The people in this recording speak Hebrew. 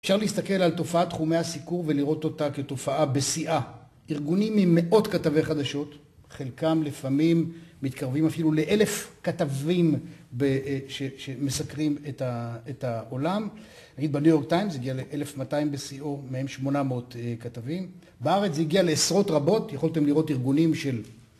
אפשר להסתכל על תופעת תחומי הסיקור ולראות אותה כתופעה בשיאה. ארגונים עם מאות כתבי חדשות, חלקם לפעמים מתקרבים אפילו לאלף כתבים שמסקרים את העולם. נגיד בניו יורק טיימס זה הגיע לאלף מאתיים בשיאו, מהם שמונה מאות כתבים. בארץ זה הגיע לעשרות רבות, יכולתם לראות ארגונים של...